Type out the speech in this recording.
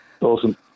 Awesome